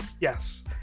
Yes